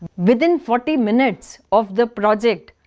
within forty minutes of the project,